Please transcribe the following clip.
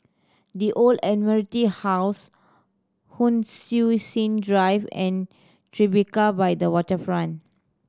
The Old Admiralty House Hon Sui Sen Drive and Tribeca by the Waterfront